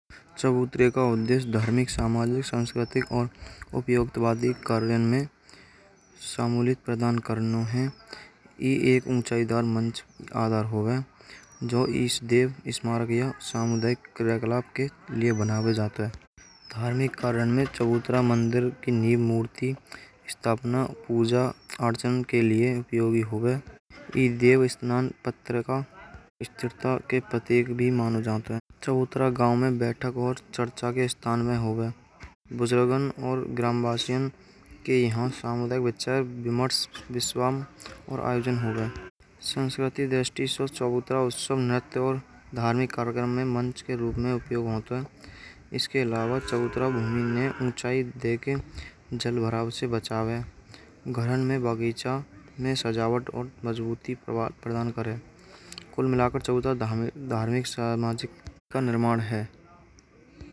चबूतरे का उद्देश्य भयानीक सामाजिक सांस्कृतिक और उपयोगवादी कार्यालय में सम्मिलित प्रदान करना है। ये एक उचाईदार मंच आधार होवे है जो सदैव समर्थीय समूदायिक क्रियाकलाप के लिए बनाया जातो है। धार्मिक कार्य में चबूतरा मंदिर की नींव मूर्ति स्थापना पूजा अड़चन के लिए उपयोगी होवे है। देव स्नान पात्र का स्थिरता केवरप्रत्येक भी माना जातो है। चबूतरा गाँव में बैठक और चर्चा के स्थान में होबे है। येह बुज़ुर्गन और ग्रामवासियों के यहाँ सामुदायिक विचार विमर्श विश्वम्बर आयोजन होवे है। हमारे संस्कारी रूप में चबूतरा धार्मिक मंच के रूप में प्रयुक्त होवे है। चबूतरा भूमि में ऊचाई देके जल भरावण से बचावे है। येह घर में बगीचा सजावट या ऊचाई प्रदान करें है। कुल मिलाकर चबूतरा धार्मिक अवं सामाजिक का निर्माण है।